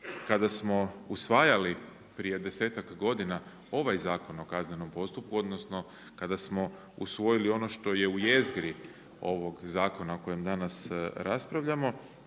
kada smo usvajali prije desetak godina ovaj Zakon o kaznenom postupku, odnosno kada smo usvojili ono što je u jezgri ovog zakona o kojem danas raspravljamo